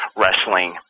wrestling